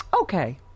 Okay